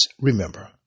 remember